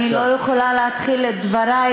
אני לא יכולה להתחיל את דברי,